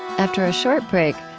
after a short break,